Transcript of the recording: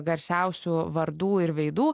garsiausių vardų ir veidų